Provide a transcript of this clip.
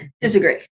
Disagree